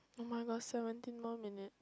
[oh]-my-god seventeen more minute